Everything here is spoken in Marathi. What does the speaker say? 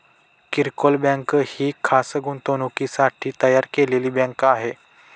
किरकोळ बँक ही खास गुंतवणुकीसाठी तयार केलेली बँक आहे